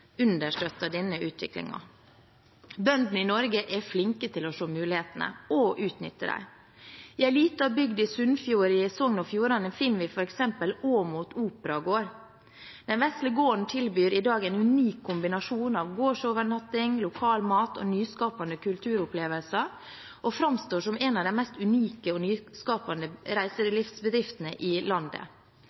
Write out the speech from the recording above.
denne utviklingen. Bøndene i Norge er flinke til å se mulighetene – og å utnytte dem. I en liten bygd i Sunnfjord i Sogn og Fjordane finner vi f.eks. Åmot Operagard. Den vesle gården tilbyr i dag en unik kombinasjon av gårdsovernatting, lokal mat og nyskapende kulturopplevelser og framstår som en av de mest unike og nyskapende reiselivsbedriftene i landet.